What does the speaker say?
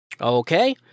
Okay